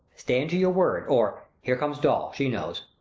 stand to your word, or here comes dol, she knows